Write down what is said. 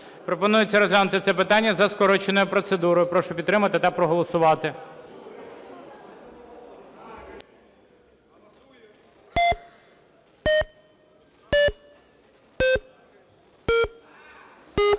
Пропонується розглянути це питання за скороченою процедурою. Прошу підтримати та проголосувати.